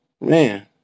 Man